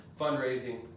fundraising